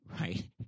right